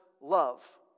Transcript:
love